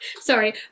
Sorry